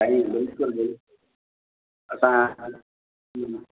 साईं बिल्कुलु बिल्कुलु असां हा